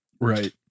right